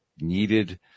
needed